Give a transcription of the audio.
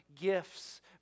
gifts